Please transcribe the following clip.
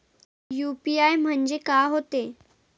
UPI म्हणजे का होते?